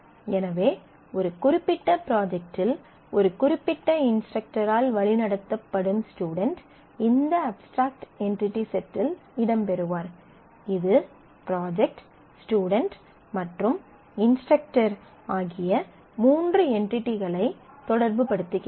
எனவே ஒரு குறிப்பிட்ட ப்ராஜெக்ட்டில் ஒரு குறிப்பிட்ட இன்ஸ்ட்ரக்டரால் வழிநடத்தப்படும் ஸ்டுடென்ட் இந்த அப்ஸ்ட்ராக்ட் என்டிடி செட்டில் இடம்பெறுவார் இது ப்ராஜெக்ட் ஸ்டுடென்ட் மற்றும் இன்ஸ்ட்ரக்டர் ஆகிய மூன்று என்டிடிகளை தொடர்புபடுத்துகிறது